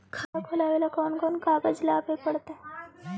खाता खोलाबे ल कोन कोन कागज लाबे पड़तै?